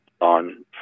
on